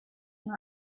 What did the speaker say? and